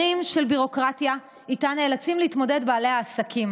הרים של ביורוקרטיה שאיתה נאלצים להתמודד בעלי העסקים,